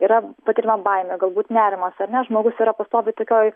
yra patiriama baimė galbūt nerimas ar ne žmogus yra pastoviai tokioj